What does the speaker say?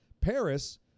Paris